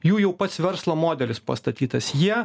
jų jau pats verslo modelis pastatytas jie